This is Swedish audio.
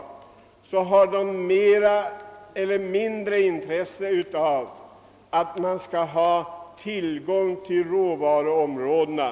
Dessa har större eller mindre intresse av tillgång till råvaruområdena.